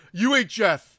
UHF